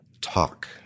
talk